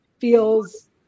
feels